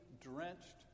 drenched